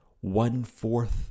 one-fourth